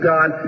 God